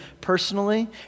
personally